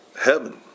Heaven